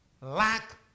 Lack